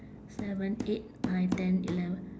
seven eight nine ten eleven